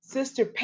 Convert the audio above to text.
Sister